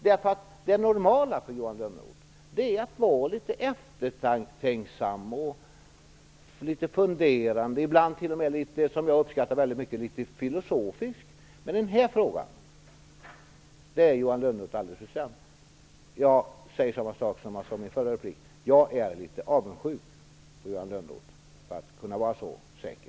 Det normala för Johan Lönnroth är att vara litet eftertänksam, litet funderande och ibland t.o.m. litet filosofisk, vilket jag uppskattar väldigt mycket. Men i den här frågan är Johan Lönnroth alldeles för bestämd. Jag säger samma sak som i min förra replik, att jag är litet avundsjuk på Johan Lönnroth som kan vara så säker.